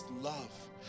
love